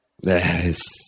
Yes